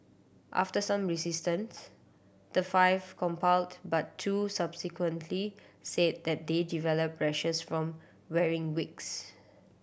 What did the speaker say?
after some resistance the five complied but two subsequently said that they developed rashes from wearing wigs